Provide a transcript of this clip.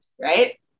right